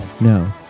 No